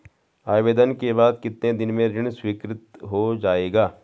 आवेदन के बाद कितने दिन में ऋण स्वीकृत हो जाएगा?